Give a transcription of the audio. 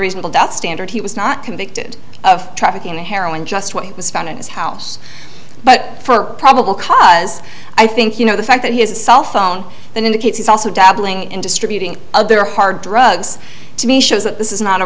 reasonable doubt standard he was not convicted of trafficking the heroin just what it was found in his house but for probable cause i think you know the fact that he has a cell phone that indicates he's also dabbling in distributing other hard drugs to me shows that this is not a